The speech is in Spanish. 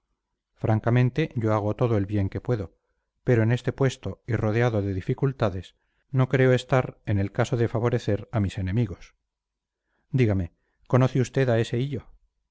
francamente yo hago todo el bien que puedo pero en este puesto y rodeado de dificultades no creo estar en el caso de favorecer a mis enemigos dígame conoce usted a ese hillo